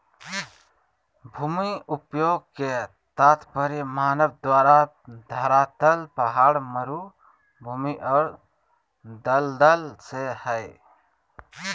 भूमि उपयोग के तात्पर्य मानव द्वारा धरातल पहाड़, मरू भूमि और दलदल से हइ